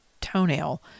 toenail